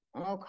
Okay